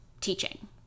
teaching